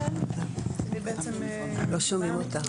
אני באה בעצם מתחום החינוך